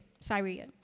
Syria